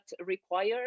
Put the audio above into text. require